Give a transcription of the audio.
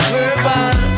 Verbal